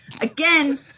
again